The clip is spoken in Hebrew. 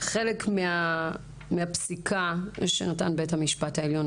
חלק מהפסיקה שנתן בית המשפט העליון.